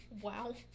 Wow